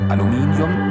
Aluminium